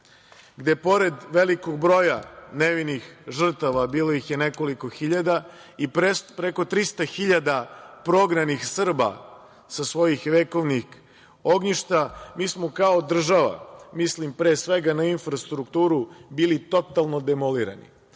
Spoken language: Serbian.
gde pored velikog broja nevinih žrtava, a bilo ih je nekoliko hiljada, i preko 300.000 prognanih Srba sa svojih vekovnih ognjišta, mi smo kao država, mislim pre svega na infrastrukturu, bili potpuno demolirani.